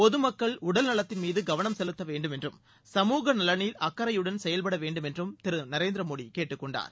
பொதுமக்கள் உடல்நலத்தின் மீது கவனம் செலுத்த வேண்டும் என்றும் சமூக நலனில் அக்கறையுடன் செயல்பட வேண்டும் என்றும் திரு நரேந்திரமோடி கேட்டுக் கொண்டார்